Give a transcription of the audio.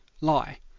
lie